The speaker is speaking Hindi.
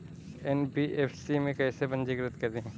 एन.बी.एफ.सी में कैसे पंजीकृत करें?